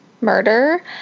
murder